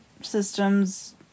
systems